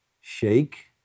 Shake